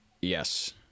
Yes